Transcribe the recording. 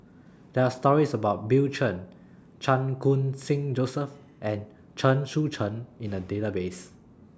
There Are stories about Bill Chen Chan Khun Sing Joseph and Chen Sucheng in The Database